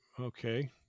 Okay